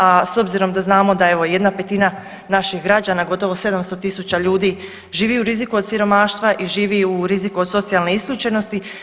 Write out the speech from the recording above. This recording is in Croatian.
A s obzirom da znamo da evo jedna petina naših građana gotovo 700 000 ljudi živi u riziku od siromaštva i živi u riziku od socijalne isključenosti.